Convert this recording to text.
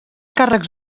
càrrecs